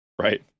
right